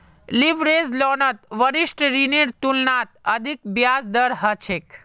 leverage लोनत विशिष्ट ऋनेर तुलनात अधिक ब्याज दर ह छेक